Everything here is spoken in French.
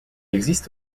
existe